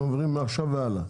אתם מעבירים מעכשיו והלאה.